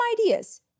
ideas